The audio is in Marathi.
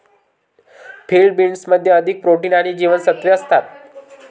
फील्ड बीन्समध्ये अधिक प्रोटीन आणि जीवनसत्त्वे असतात